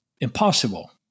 impossible